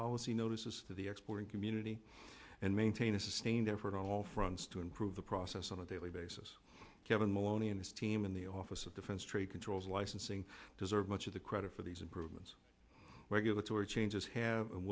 policy notices to the exploiting community and maintain a sustained effort on all fronts to improve the process on a daily basis kevin maloney and esteem in the office of defense trade controls licensing deserve much of the credit for these improvements regulatory changes have and